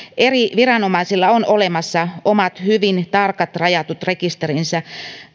eri viranomaisilla on olemassa omat hyvin tarkat rajatut rekisterinsä